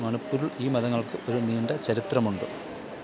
മണിപ്പൂരിൽ ഈ മതങ്ങൾക്ക് ഒരു നീണ്ട ചരിത്രമുണ്ട്